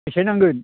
बेसे नांगोन